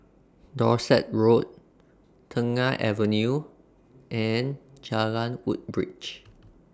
Dorset Road Tengah Avenue and Jalan Woodbridge